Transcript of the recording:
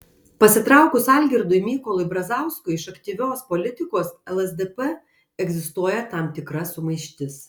pasitraukus algirdui mykolui brazauskui iš aktyvios politikos lsdp egzistuoja tam tikra sumaištis